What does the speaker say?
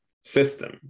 system